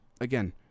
again